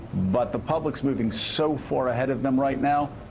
but the public's moving so far ahead of them right now.